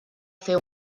fer